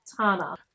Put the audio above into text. Tana